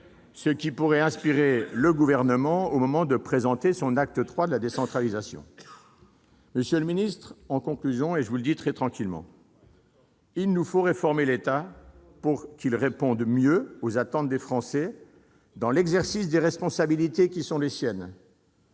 ce qui pourrait inspirer le Gouvernement au moment de présenter son « acte III » de la décentralisation. En conclusion, monsieur le ministre- et je vous le dis très tranquillement -, il nous faut réformer l'État pour que celui-ci réponde mieux aux attentes des Français dans l'exercice des responsabilités qui sont les siennes,